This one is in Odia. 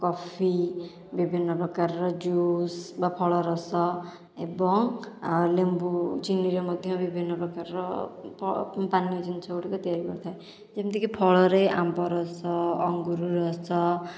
କଫି ବିଭିନ୍ନ ପ୍ରକାରର ଜୁସ ବା ଫଳରସ ଏବଂ ଲେମ୍ବୁ ଚିନିର ମଧ୍ୟ ବିଭିନ୍ନ ପ୍ରକାରର ପାନୀୟ ଜିନିଷ ଗୁଡ଼ିକ ତିଆରି କରିଥାଏ ଯେମିତିକି ଫଳରେ ଆମ୍ବ ରସ ଅଙ୍ଗୁର ରସ